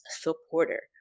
supporter